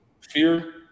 Fear